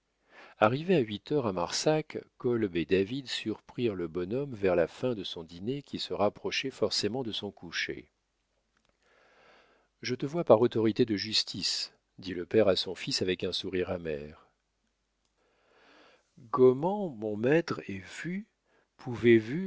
arrivés à huit heures à marsac kolb et david surprirent le bonhomme vers la fin de son dîner qui se rapprochait forcément de son coucher je te vois par autorité de justice dit le père à son fils avec un sourire amer gommand mon maîdre et fus